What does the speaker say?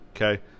Okay